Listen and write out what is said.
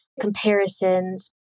comparisons